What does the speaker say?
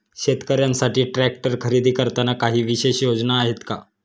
शेतकऱ्यांसाठी ट्रॅक्टर खरेदी करताना काही विशेष योजना आहेत का?